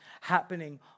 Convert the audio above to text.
happening